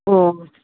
ꯑꯣ